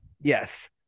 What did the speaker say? yes